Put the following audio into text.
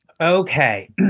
Okay